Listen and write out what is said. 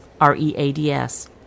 R-E-A-D-S